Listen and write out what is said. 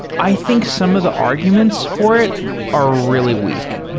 i think some of the arguments for it are really weak,